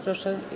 Proszę.